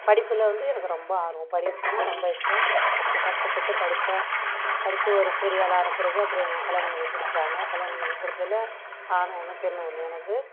படிப்பில் வந்து எனக்கு ரொம்ப ஆர்வம் படிக்கணுனா ரொம்ப இஷ்டம் நல்லா கஷ்டப்பட்டு படித்தேன் படித்து ஒரு பெரிய ஆளாக ஆன பிறகு அப்றம் என்னை கல்யாணம் பண்ணி கொடுத்துட்டாங்க கல்யாணம் பண்ணி கொடுத்ததுல ஆண் ஒன்று பெண் ஒன்று எனக்கு